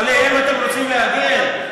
עליהם אתם רוצים להגן?